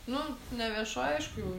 nu neviešoj aišku jau